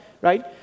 right